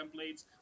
templates